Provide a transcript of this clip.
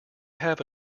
have